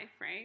right